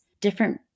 different